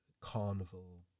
carnival